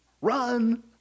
run